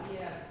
Yes